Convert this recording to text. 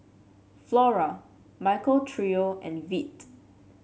Flora Michael Trio and Veet